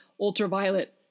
ultraviolet